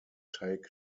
take